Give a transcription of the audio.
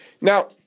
Now